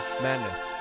Madness